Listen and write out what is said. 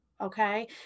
Okay